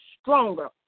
stronger